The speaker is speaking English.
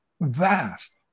vast